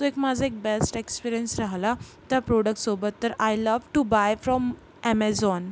तो एक माझा एक बेस्ट एक्स्पिरियंस राहिला त्या प्रोडकसोबत तर I love to buy from Amazon